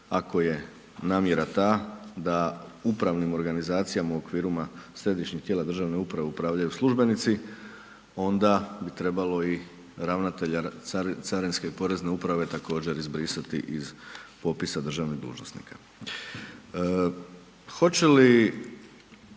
ako je namjera ta, da upravna organizacija u okvirima središnjih tijela državne uprave upravljaju službenici, onda bi trebalo i ravnatelja carinske i porezne uprave također izbrisati iz popisa državnih dužnosnika.